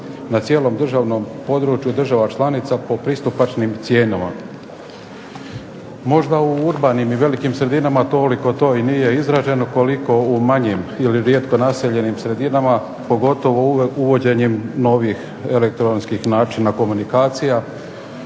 na cijelom državnom području država članica po pristupačnim cijenama. Možda u urbanim i velikim sredinama toliko to i nije izraženo koliko u manjim ili rijetko naseljenim sredinama pogotovo uvođenjem novih elektronskih načina komunikacija.